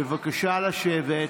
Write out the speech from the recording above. בבקשה לשבת.